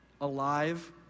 alive